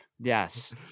Yes